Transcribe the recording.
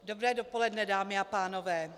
Dobré dopoledne, dámy a pánové.